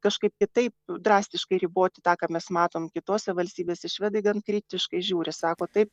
kažkaip kitaip drastiškai riboti tą ką mes matom kitose valstybėse švedai gan kritiškai žiūri sako taip